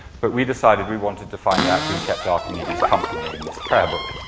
but we decided we wanted to find out who kept archimedes company in this prayer book.